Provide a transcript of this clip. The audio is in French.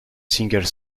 singles